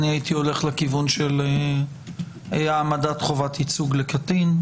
אני הייתי הולך לכיוון של העמדת חובת ייצוג לקטין.